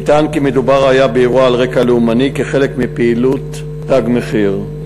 נטען כי מדובר באירוע על רקע לאומני כחלק מפעילות "תג מחיר".